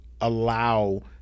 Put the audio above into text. allow